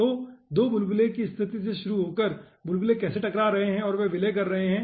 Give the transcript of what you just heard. तो 2 बुलबुले की स्थिति से शुरू होकर बुलबुले कैसे टकरा रहे हैं और वे विलय कर रहे हैं